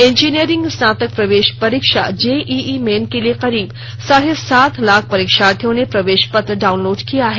engineering स्नातक प्रवेश परीक्षा जेईई मेन के लिए करीब साढ़े सात लाख परीक्षार्थियों ने प्रवेश पत्र डाउनलोड किए हैं